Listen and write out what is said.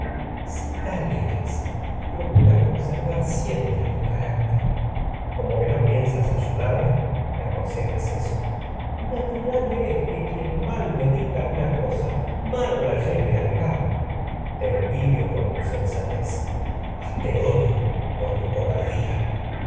si tal eres procura conservar siempre carácter electra como que no piensas ayudarme me acon sejas eso crisótemis natural es que quien mal medita una cosa mal la lleve al cabo electra te envidio por tu sensatez mas te odio por tu cobardía